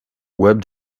web